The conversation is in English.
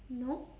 no